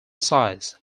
size